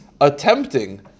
attempting